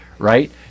right